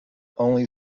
only